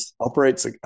operates